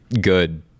good